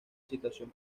situación